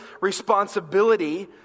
responsibility